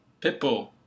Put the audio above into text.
Pitbull